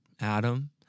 Adam